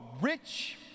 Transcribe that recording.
rich